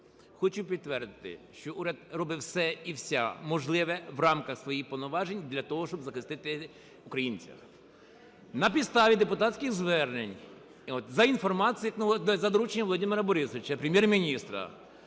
хочу підтвердити, що уряд робить все і вся можливе в рамках своїх повноважень для того, щоб захистити українця. На підставі депутатських звернень, за дорученням Володимира Борисовича, Прем'єр-міністра,